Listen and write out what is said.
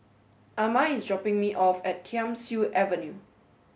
Ama is dropping me off at Thiam Siew Avenue